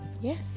Yes